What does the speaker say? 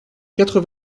quatre